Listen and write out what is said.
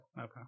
okay